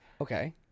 Okay